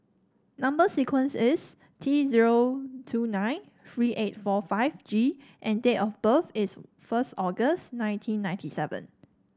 number sequence is T zero two nine three eight four five G and date of birth is first August nineteen ninety seven